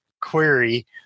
query